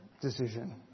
decision